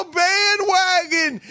bandwagon